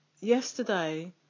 Yesterday